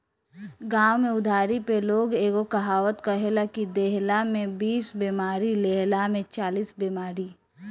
गांव में उधारी पे लोग एगो कहावत कहेला कि देहला में बीस बेमारी, लेहला में चालीस बेमारी